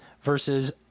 versus